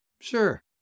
Sure